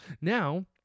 Now